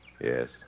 Yes